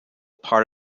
part